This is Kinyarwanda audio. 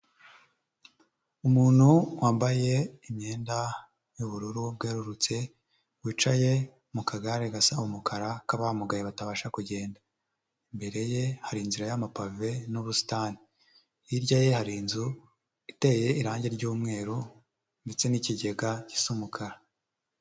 Umuntu wambaye imyenda y'ubururu bwerurutse wicaye mu kagare gasa umukara k'abamugaye batabasha kugenda, imbere ye hari inzira y'amapave n'ubusitani, hirya ye hari inzu iteye irangi ry'umweru ndetse n'ikigega gisa umukara.